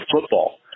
football